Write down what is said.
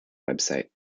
website